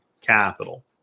capital